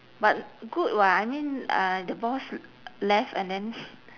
but good [what] I mean uh the boss left and then